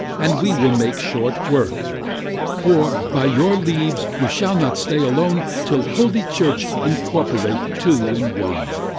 and we will make short work for, by your leaves, you shall not stay alone till holy church incorporate two in one.